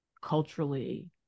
culturally